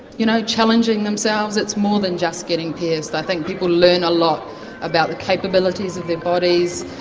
you know, challenging themselves, it's more than just getting pierced, i think people learn a lot about the capabilities of their bodies,